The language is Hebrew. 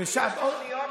נכון,